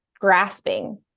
grasping